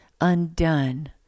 undone